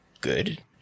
good